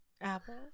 Apple